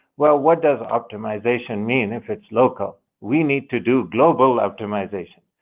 well, what does optimization mean if it's local? we need to do global optimization.